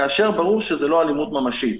כאשר ברור שזאת לא אלימות ממשית.